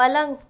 पलंग